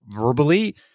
verbally